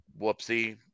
whoopsie